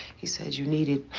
he said you needed